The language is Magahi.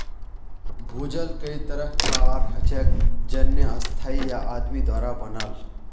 भूजल कई तरह कार हछेक जेन्ने स्थाई या आदमी द्वारा बनाल